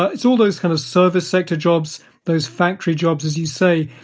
ah it's all those kind of service sector jobs, those factory jobs, as you say.